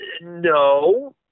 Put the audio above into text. no